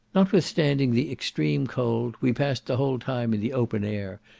notwithstanding the extreme cold, we passed the whole time in the open air,